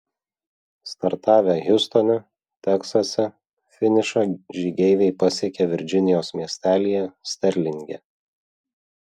startavę hjustone teksase finišą žygeiviai pasiekė virdžinijos miestelyje sterlinge